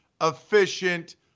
efficient